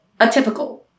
Atypical